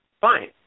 fine